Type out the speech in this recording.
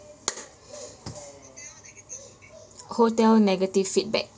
hotel negative feedback